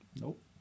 Nope